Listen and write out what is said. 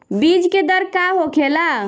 बीज के दर का होखेला?